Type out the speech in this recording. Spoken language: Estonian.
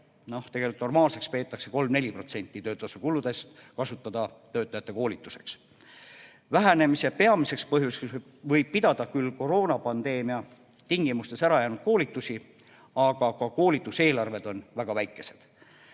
on väga väike. Normaalseks peetakse 3–4% töötasu kuludest kasutada töötajate koolituseks. Vähenemise peamiseks põhjuseks võib küll pidada koroonapandeemia tingimustes ära jäänud koolitusi, aga koolituseelarved on ka väga väikesed.